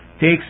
takes